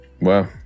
Wow